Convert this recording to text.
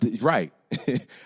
Right